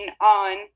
on